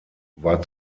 war